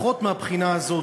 לפחות מהבחינה הזאת,